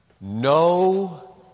No